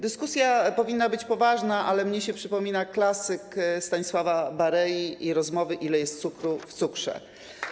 Dyskusja powinna być poważna, ale mnie się przypomina klasyk Stanisława Berei i rozmowy, ile jest cukru w cukrze.